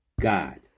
God